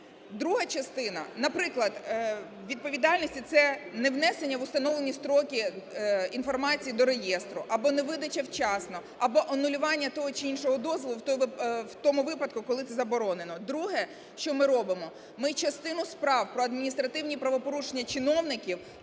Друга частина… Наприклад, відповідальність – це невнесення в установлені строки інформації до реєстру або невидача вчасно, або анулювання того чи іншого дозволу в тому випадку, коли це заборонено. Друге, що ми робимо. Ми частину справ про адміністративні правопорушення чиновників